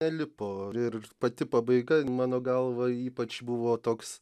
nelipo ir pati pabaiga mano galva ypač buvo toks